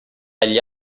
agli